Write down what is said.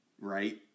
right